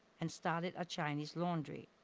and started a chinese laundry.